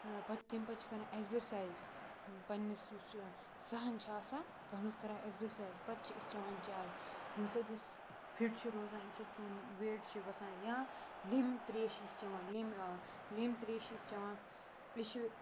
پَتہٕ تَمہِ پَتہٕ چھِ کَران اٮ۪کزَرسایز پنٛنِس یُس سہن چھِ آسان تَتھ منٛز کَران اٮ۪کزَرسایز پَتہٕ چھِ أسۍ چٮ۪وان چاے ییٚمہِ سۭتۍ أسۍ فِٹ چھِ روزان ییٚمہِ سۭتۍ سون ویٹ چھِ وَسان یا لیٚمبۍ ترٛیش چھِ أسۍ چٮ۪وان لیٚمبۍ آ لیٚمبۍ ترٛیش چھِ أسۍ چٮ۪وان أسۍ چھِ